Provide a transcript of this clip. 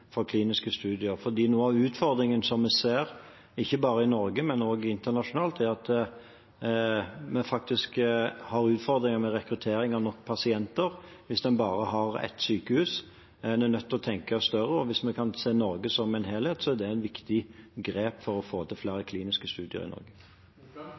for kliniske studier. For noe av det vi ser, ikke bare i Norge, men også internasjonalt, er at en faktisk har utfordringer med rekruttering av pasienter hvis en bare har ett sykehus. En er nødt til å tenke større, og hvis vi kan se Norge som en helhet, er det et viktig grep for å få til